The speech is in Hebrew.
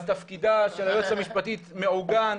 אז תפקידה של היועצת המשפטית מעוגן,